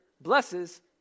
blesses